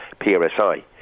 PRSI